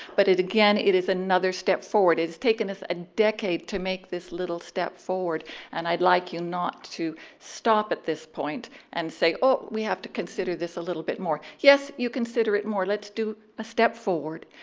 but again, it is another step forward. it's taken us a decade to make this little step forward and i'd like you not to stop at this point and say ah we have to consider this a little bit more. yes, you consider it more. let's do a step forward.